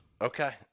Okay